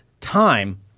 time